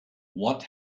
what